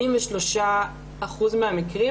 83% מהמקרים